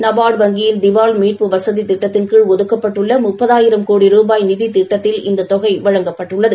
நபார்டு வங்கியின் திவால் மீட்பு வசதி திட்டத்தின் கீழ் ஒதுக்கப்பட்டுள்ள முப்பதாயிரம் கோடி ரூபாய் நிதித்திட்டத்தில் இந்த தொகை வழங்கப்பட்டுள்ளது